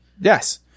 Yes